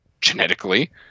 genetically